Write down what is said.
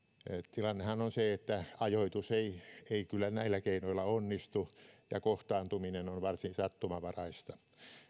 tilannehan on se että ajoitus ei ei kyllä näillä keinoilla onnistu ja kohtaantuminen on varsin sattumanvaraista